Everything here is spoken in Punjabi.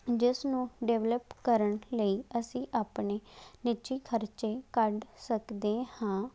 ਜਿਸ ਨੂੰ ਡਿਵਲਪ ਕਰਨ ਲਈ ਅਸੀਂ ਆਪਣੇ ਨਿੱਜੀ ਖਰਚੇ ਕੱਢ ਸਕਦੇ ਹਾਂ